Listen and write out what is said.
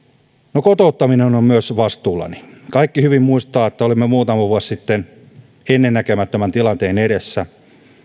myös kotouttaminen on on vastuullani kaikki hyvin muistavat että olimme muutama vuosi sitten ennennäkemättömän tilanteen edessä